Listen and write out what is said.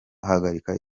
ahagarika